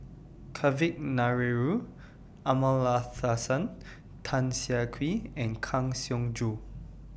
Kavignareru Amallathasan Tan Siah Kwee and Kang Siong Joo